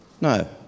No